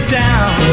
down